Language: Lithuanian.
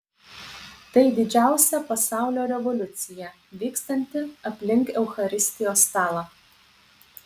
tai didžiausia pasaulio revoliucija vykstanti aplink eucharistijos stalą